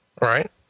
Right